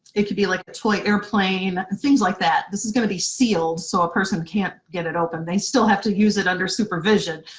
it could be like a toy airplane, things like that. this is gonna be sealed, so a person can't get it open. they still have to use it under supervision,